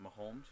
Mahomes